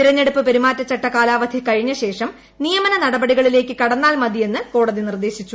തിരഞ്ഞെടുപ്പ് പെരുമാറ്റച്ചട്ട കാലാവ്ധ്യി കഴിഞ്ഞശേഷം നിയമന നടപടികളിലേക്ക് കടന്നാൽ ്മതിയെന്നാണ് കോടതി നിർദേശിച്ചത്